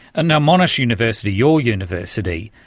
and monash university, your university,